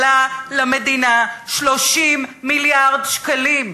עלה למדינה 30 מיליארד שקלים.